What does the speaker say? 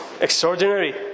extraordinary